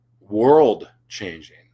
world-changing